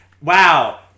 wow